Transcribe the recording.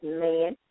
man